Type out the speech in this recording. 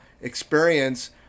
experience